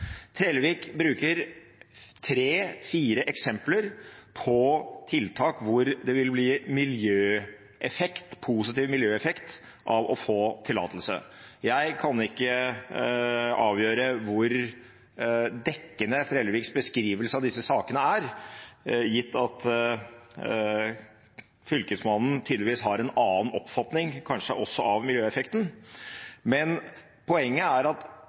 Trellevik bruker tre–fire eksempler på tiltak hvor det vil bli positiv miljøeffekt av å få tillatelse. Jeg kan ikke avgjøre hvor dekkende Trelleviks beskrivelse av disse sakene er, gitt at Fylkesmannen tydeligvis har en annen oppfatning, kanskje også av miljøeffekten. Men poenget er at